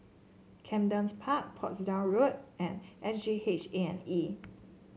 Camden Park Portsdown Road and S G H A and E